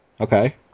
Okay